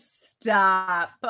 stop